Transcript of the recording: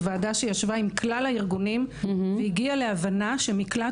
זו ועדה שישבה עם כללה ארגונים והגיעה להבנה שמקלט